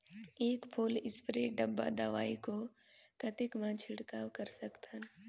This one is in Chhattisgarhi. एक फुल स्प्रे डब्बा दवाई को कतेक म छिड़काव कर सकथन?